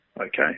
Okay